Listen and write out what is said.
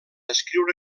escriure